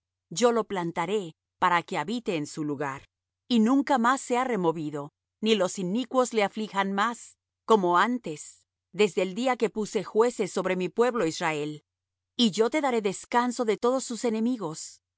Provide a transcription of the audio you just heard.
yo lo plantaré para que habite en su lugar y nunca más sea removido ni los inicuos le aflijan más como antes desde el día que puse jueces sobre mi pueblo israel y yo te daré descanso de todos tus enemigos